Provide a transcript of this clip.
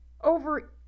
Over